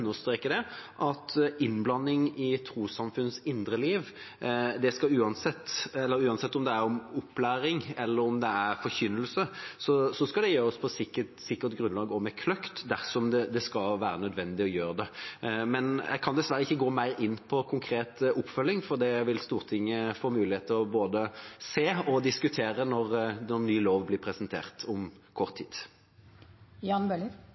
at innblanding i trossamfunns indre liv, uansett om det gjelder opplæring eller forkynnelse, skal gjøres på sikkert grunnlag og med kløkt dersom det er nødvendig å gjøre det. Jeg kan dessverre ikke gå mer inn på en konkret oppfølging, for det vil Stortinget få mulighet til å både se og diskutere når den nye loven blir presentert om kort